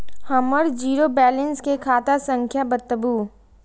हमर zero balance के खाता संख्या बतबु?